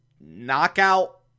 knockout